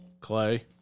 Clay